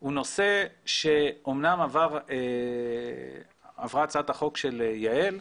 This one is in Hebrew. הוא נושא שאמנם עברה הצעת החוק של יעל,